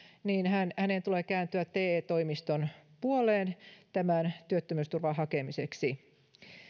hänen tulee kääntyä te toimiston puoleen tämän työttömyysturvan hakemiseksi